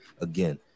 Again